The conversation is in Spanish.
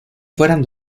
fueran